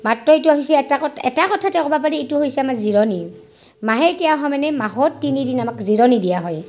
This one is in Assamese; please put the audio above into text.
মাত্ৰ এইটো হৈছে এটা কথা এটা কথা তেওঁ ক'ব পাৰি এইটো হৈছে আমাৰ জিৰণি মাহেকীয়া হোৱা মানে মাহত তিনিদিন আমাক জিৰণি দিয়া হয়